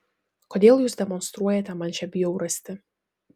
kodėl jūs demonstruojate man šią bjaurastį